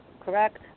correct